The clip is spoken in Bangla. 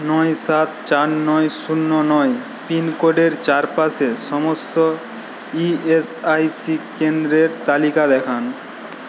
নয় সাত চার নয় শূন্য নয় পিনকোডের চারপাশে সমস্ত ইএসআইসি কেন্দ্রের তালিকা দেখান